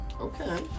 Okay